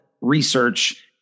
research